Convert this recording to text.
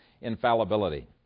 infallibility